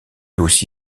aussi